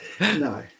no